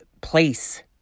place